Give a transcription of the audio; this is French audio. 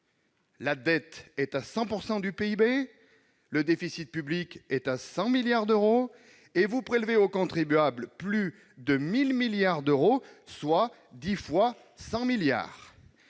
la dette est à 100 % du PIB, le déficit public est à 100 milliards d'euros et vous prélevez aux contribuables plus de 1 000 milliards d'euros, soit dix fois 100 milliards.